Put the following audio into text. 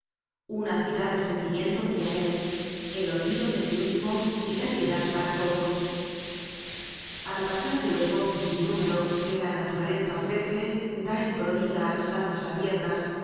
un admirable sentimiento brilla en él el olvido de sí mismo y la piedad para todos al pasar de los goces sinnúmero que la naturaleza ofrece da y prodiga á las almas abiertas